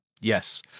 Yes